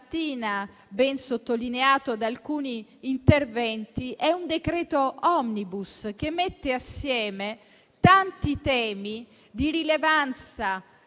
ben sottolineato da alcuni interventi, è un decreto *omnibus* che mette assieme tanti temi di rilevanza